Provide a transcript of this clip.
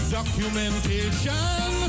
Documentation